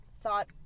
thought